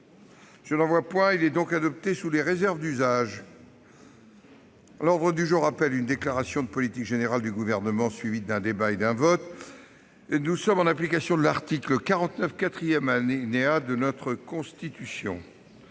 Le procès-verbal est adopté sous les réserves d'usage. L'ordre du jour appelle une déclaration de politique générale du Gouvernement, suivie d'un débat et d'un vote, en application de l'article 49, quatrième alinéa, de la Constitution.